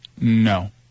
No